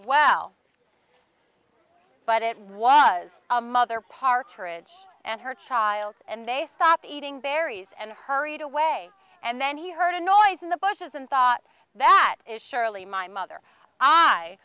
well but it was a mother partridge and her child and they stopped eating berries and hurried away and then he heard a noise in the bushes and thought that is surely my mother i